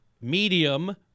medium